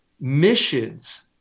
missions